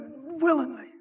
willingly